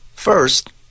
first